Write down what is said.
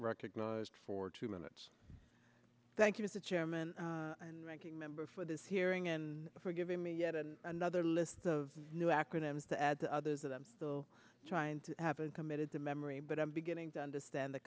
recognized for two minutes thank you to the chairman and ranking member for this hearing and for giving me yet another list of new acronyms to add to others that i'm still trying to have been committed to memory but i'm beginning to understand the